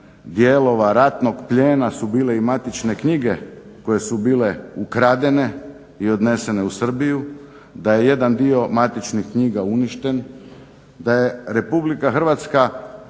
dijelova ratnog plijena su bile i matične knjige koje su bile ukradene i odnesene u Srbiju, da je jedan dio matičnih knjiga uništen, da je Republika Hrvatska